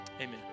amen